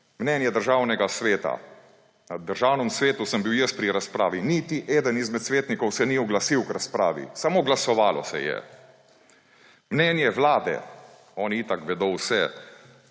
Mnenje Državnega sveta – na Državnem svetu sem bil jaz pri razpravi, niti eden izmed svetnikov se ni oglasil k razpravi, samo glasovalo se je. Mnenje Vlade – oni itak vedo vse,